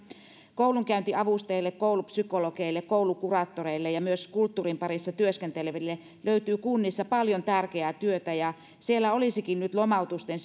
koulunkäyntiavustajille koulupsykologeille koulukuraattoreille ja myös kulttuurin parissa työskenteleville löytyy kunnissa paljon tärkeää työtä ja siellä olisikin nyt lomautusten